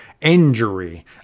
injury